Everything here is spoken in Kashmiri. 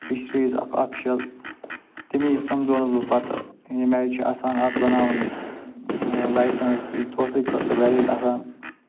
فِشریٖز اکھ آفشَل تٔمی سمجھونَس بہٕ پتہِ ییٚمہِ آے چھُ آسان اَتھ بناوٕنۍ لایسٮ۪نٕس سُہ چھِ دۄہسٕے خٲطرٕ ویلِڈ آسان